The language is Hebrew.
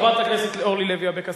חברת הכנסת אורלי לוי אבקסיס,